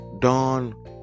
Dawn